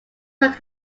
work